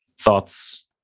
Thoughts